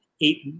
eight